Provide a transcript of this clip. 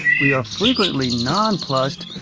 we are frequently nonplussed,